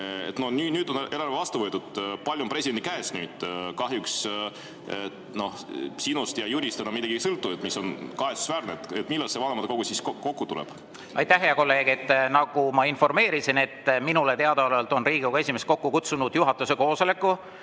Nüüd on eelarve vastu võetud, pall on presidendi käes. Kahjuks sinust ja Jürist enam midagi ei sõltu, mis on kahetsusväärne. Millal see vanematekogu siis kokku tuleb? Aitäh, hea kolleeg! Nagu ma informeerisin, minule teadaolevalt on Riigikogu esimees kokku kutsunud juhatuse koosoleku,